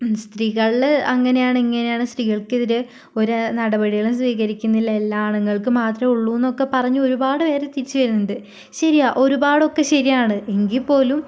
സ്ത്രീകളിൽ അങ്ങനെയാണ് ഇങ്ങനെയാണ് സ്ത്രീകൾക്കെതിരെ ഒരു നടപടികളും സ്വീകരിക്കുന്നില്ല എല്ലാം ആണുങ്ങൾക്ക് മാത്രമേ ഉള്ളൂ എന്നൊക്കെ പറഞ്ഞ് ഒരുപാട് പേര് തിരിച്ച് വരുന്നുണ്ട് ശരിയാ ഒരുപാടൊക്കെ ശരിയാണ് എങ്കിൽപ്പോലും